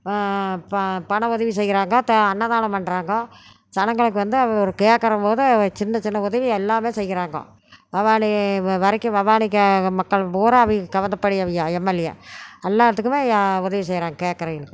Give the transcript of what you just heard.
பண உதவி செய்கிறாங்க அன்னதானம் பண்ணுறாங்க சனங்களுக்கு வந்து கேக்கிறம்போது சின்னச் சின்ன உதவி எல்லாம் செய்கிறாங்கோ பவானி வரைக்கும் பவானிக்கு மக்கள் பூரா அவிக கவுந்தப்படி அவிக எம்எல்ஏ எல்லாத்துக்கும் உதவி செய்கிறாங்க கேக்கிறவைங்களுக்கு